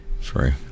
Sorry